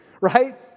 right